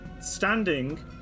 standing